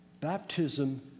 baptism